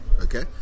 Okay